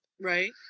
Right